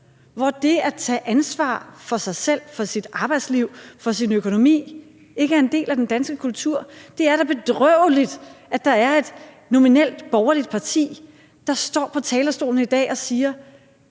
hvor det at tage ansvar for sig selv, for sit arbejdsliv og for sin økonomi ikke er en del af den danske kultur? Det er da bedrøveligt, at der er et nominelt borgerligt parti, der står på talerstolen i dag og siger,